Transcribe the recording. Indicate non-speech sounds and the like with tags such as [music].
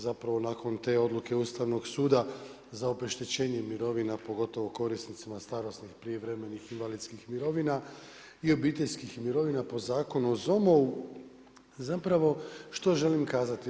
Zapravo nakon te odluke Ustavnog suda za obeštećenje mirovina pogotovo korisnicima starosnih prijevremenih invalidskih mirovina i obiteljskih mirovina po Zakonu o … [unintelligible] Zapravo što želim kazati?